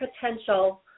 potential